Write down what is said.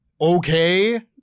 okay